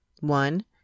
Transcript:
One